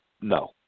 no